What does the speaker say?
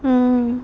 mm